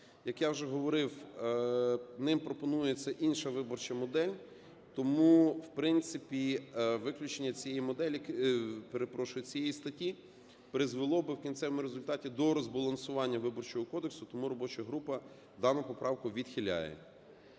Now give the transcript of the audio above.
Як я вже говорив, ним пропонується інша виборча модель. Тому, в принципі, виключення цієї моделі, перепрошую, цієї статті призвело би, в кінцевому результаті, до розбалансування Виборчого кодексу, тому робоча група дану поправку відхиляє.